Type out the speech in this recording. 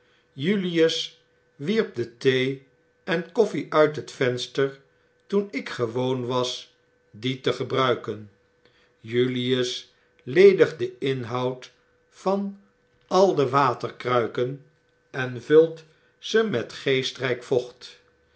julius wierp de thee en koffie uit het venster toen ik gewoon was die te gebruiken julius ledigt den inhoud van al de waterkruiken en vult ze met geestryk vocht